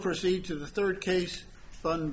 proceed to the third case s